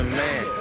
man